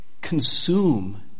consume